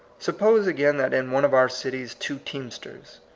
suppose, again, that in one of our cities two teamsters,